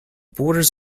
borders